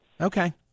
Okay